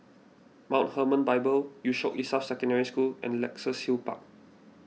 Mount Hermon Bible Yusof Ishak Secondary School and Luxus Hill Park